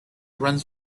runs